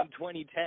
2010